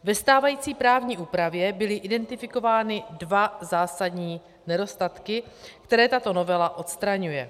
Ve stávající právní úpravě byly identifikovány dva zásadní nedostatky, které tato novela odstraňuje.